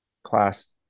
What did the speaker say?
class